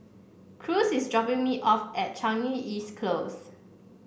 Cruz is dropping me off at Changi East Close